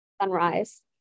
Sunrise